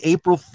April